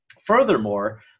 Furthermore